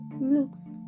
looks